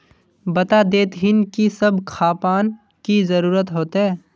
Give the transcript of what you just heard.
बता देतहिन की सब खापान की जरूरत होते?